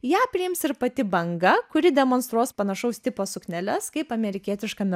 ją priims ir pati banga kuri demonstruos panašaus tipo sukneles kaip amerikietiškame